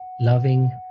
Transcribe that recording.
loving